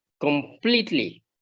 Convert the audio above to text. completely